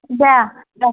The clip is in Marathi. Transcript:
द्या जास्त